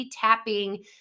tapping